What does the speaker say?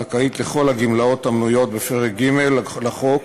זכאית לכל הגמלאות המנויות בפרק ג' לחוק,